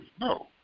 No